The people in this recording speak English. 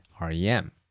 REM